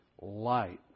light